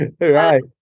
Right